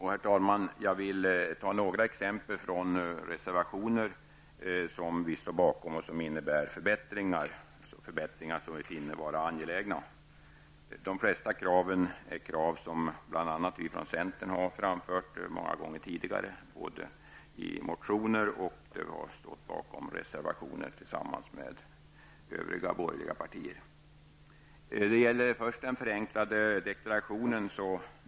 Herr talman! Jag vill nämna några exempel från reservationer som vi står bakom och som innebär förbättringar som vi finner vara angelägna. De flesta kraven är krav som bl.a. vi från centern har framfört många gånger tidigare, både i motioner och i reservationer tillsammans med övriga borgerliga partier. Det gäller först den förenklade deklarationen.